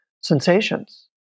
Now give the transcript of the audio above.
sensations